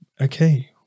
okay